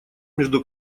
между